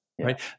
right